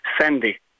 Sandy